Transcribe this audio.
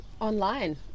online